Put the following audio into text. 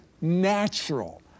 natural